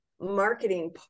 marketing